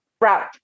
route